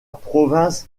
province